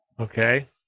Okay